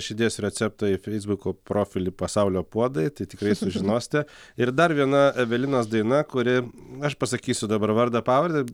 širdies receptai feisbuko profilį pasaulio puodai tai tikrai sužinosite ir dar viena evelinos daina kuri aš pasakysiu dabar vardą pavardę